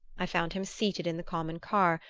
i found him seated in the common car,